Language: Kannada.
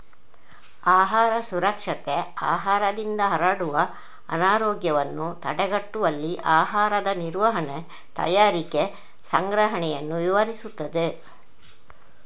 ಆಹಾರ ಸುರಕ್ಷತೆ ಆಹಾರದಿಂದ ಹರಡುವ ಅನಾರೋಗ್ಯವನ್ನು ತಡೆಗಟ್ಟುವಲ್ಲಿ ಆಹಾರದ ನಿರ್ವಹಣೆ, ತಯಾರಿಕೆ, ಸಂಗ್ರಹಣೆಯನ್ನು ವಿವರಿಸುತ್ತದೆ